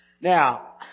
Now